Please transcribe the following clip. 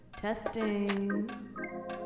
Testing